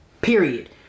period